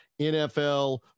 NFL